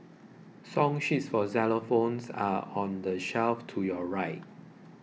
song sheets for xylophones are on the shelf to your right